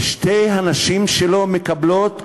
שתי הנשים שלו מקבלות,